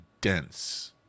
dense